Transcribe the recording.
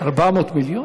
400 מיליון?